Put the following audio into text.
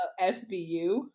sbu